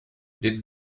did